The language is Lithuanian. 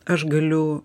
aš galiu